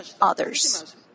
others